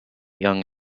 young